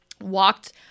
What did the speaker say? walked